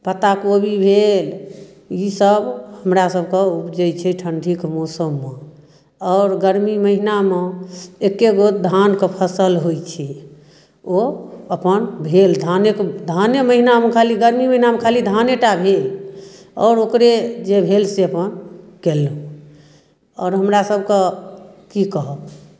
पत्ता कोबी भेल ईसभ हमरासभके उपजैत छै ठण्ढीके मौसममे आओर गरमी महीनामे एके गो धानके फसल होइत छै ओ अपन भेल धानेके धाने महीनामे खाली गरमी महीनामे खाली धाने टा भेल आओर ओकरे जे भेल से अपन कएलहुँ आओर हमरासभके की कहब